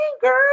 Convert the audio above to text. girl